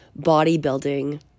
bodybuilding